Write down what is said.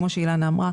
כמו שאילנה אמרה,